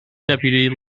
deputy